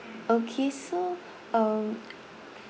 okay so um